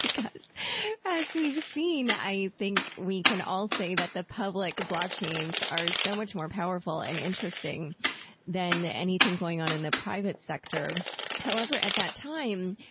because as we've seen i think we can all say that the public blockchains are so much more powerful and interesting than anything going on in the private sector however at that time,